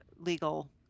legal